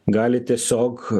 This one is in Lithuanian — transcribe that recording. gali tiesiog